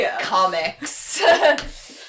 comics